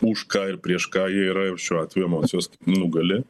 už ką ir prieš ką jie yra ir šiuo atveju emocijos nugali